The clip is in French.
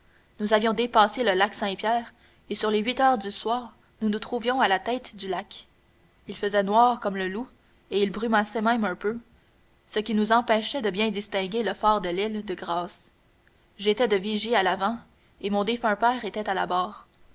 nous avions dépassé le lac saint-pierre et sur les huit heures du soir nous nous trouvions à la tête du lac il faisait noir comme le loup et il brumassait même un peu ce qui nous empêchait de bien distinguer le phare de l'île de grâce j'étais de vigie à l'avant et mon défunt père était à la barre